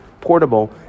portable